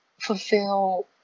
fulfill